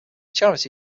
charity